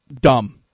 Dumb